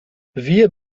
wir